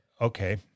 Okay